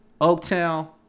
Oaktown